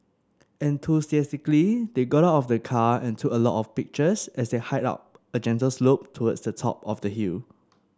enthusiastically they got out of the car and took a lot of pictures as they hiked up a gentle slope towards the top of the hill